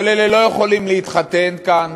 כל אלה לא יכולים להתחתן כאן,